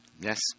Yes